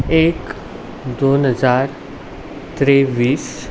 एक दोन हजार तेव्वीस